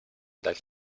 dal